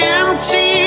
empty